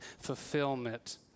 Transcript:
fulfillment